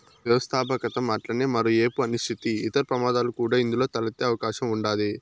వ్యవస్థాపకతం అట్లనే మరో ఏపు అనిశ్చితి, ఇతర ప్రమాదాలు కూడా ఇందులో తలెత్తే అవకాశం ఉండాది